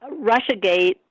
Russiagate